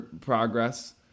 progress